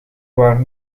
warm